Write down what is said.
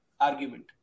argument